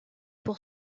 pour